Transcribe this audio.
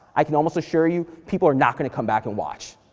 i can almost assure you, people are not gonna come back and watch,